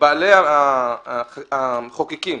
המחוקקים